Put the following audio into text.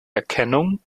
erkennung